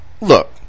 Look